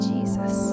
Jesus